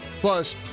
Plus